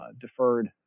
deferred